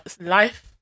life